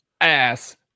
ass